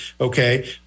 Okay